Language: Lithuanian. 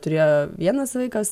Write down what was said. turėjo vienas vaikas